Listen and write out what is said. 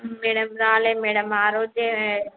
madam రాలేము madam ఆ రోజే